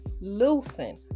loosen